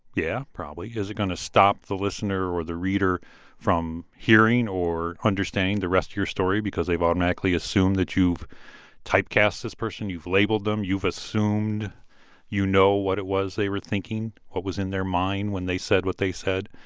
yeah, probably. is it going to stop the listener or the reader from hearing or understanding the rest of your story because they've automatically assumed that you've typecast this person. you've labeled them. you've assumed you know what it was they were thinking what was in their mind when they said what they said.